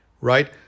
right